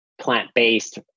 plant-based